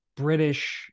British